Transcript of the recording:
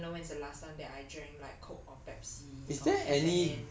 I don't even know when's the last time that I drink like Coke or Pepsi